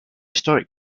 historic